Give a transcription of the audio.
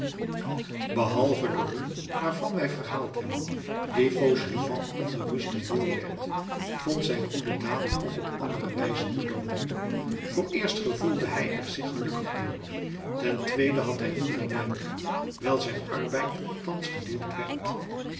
behalve den roem waarvan wij verhaald hebben die fauchelevent onbewust ten deel werd vond zijn goede daad ook op andere wijzen belooning vooreerst gevoelde hij er zich gelukkig door ten tweede had hij minder werk wijl zijn arbeid thans gedeeld werd